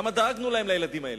כמה דאגנו להם, לילדים האלה.